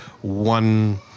one